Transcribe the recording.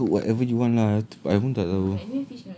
!alah! cook whatever you want lah I pun tak tahu